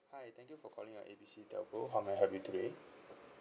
hi thank you for calling uh A B C telco how may I help you today